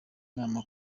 inama